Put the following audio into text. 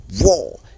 war